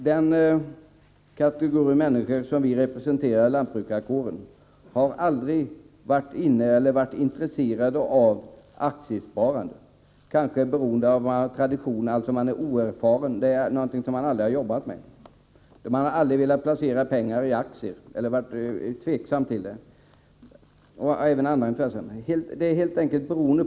Den kategori människor som vi representerar, lantbrukarkåren, har aldrig varit intresserad av aktiesparande — kanske beroende på att de är oerfarna, eftersom detta är någonting de av tradition aldrig sysslat med. De här människorna har varit tveksamma till att placera pengar i aktier och liknande.